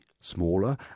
smaller